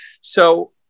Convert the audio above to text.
So-